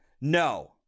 no